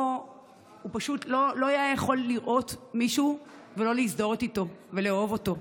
הוא פשוט לא היה יכול לראות מישהו ולא להזדהות איתו ולאהוב אותו.